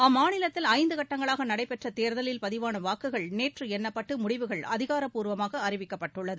அம்மாநிலத்தில் ஐந்து கட்டங்களாக நடைபெற்ற தேர்தலில் பதிவாள வாக்குகள் நேற்று எண்ணப்பட்டு முடிவுகள் அதிகாரப்பூர்வமாக அறிவிக்கப்பட்டுள்ளது